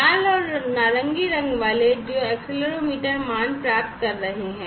लाल और नारंगी रंग वाले हैं जो एक्सेलेरोमीटर मान प्राप्त कर रहे हैं